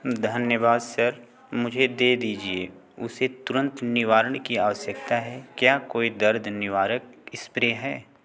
धन्यवाद सर मुझे दे दीजिए उसे तुरंत निवारण की आवश्यकता है क्या कोई दर्द निवारक स्प्रे है